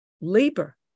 labor